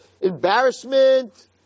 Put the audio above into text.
embarrassment